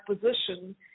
position